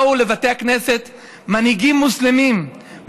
באו לבתי הכנסת מנהיגים מוסלמים,